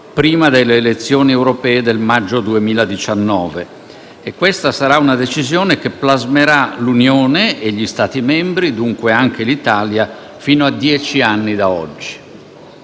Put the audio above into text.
prima delle elezioni europee del maggio 2019. Questa sarà una decisione che plasmerà l'Unione e gli Stati membri, dunque anche l'Italia, fino a dieci anni da oggi.